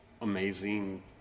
amazing